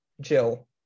Jill